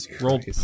rolled